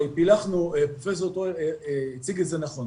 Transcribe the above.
פרו טרואן הציג את זה נכון.